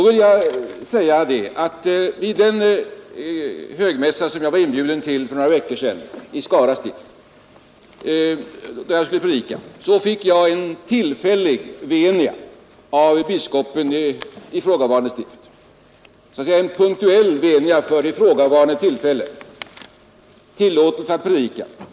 Vid den högmässa som jag var inbjuden till för några veckor sedan i Skara stift, där jag skulle predika, fick jag en tillfällig venia av biskopen i ifrågavarande stift. Det var så att säga en punktuell venia för ifrågavarande tillfälle — tillåtelse att predika.